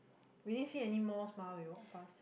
we didn't see any malls mah we walk pass